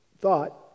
thought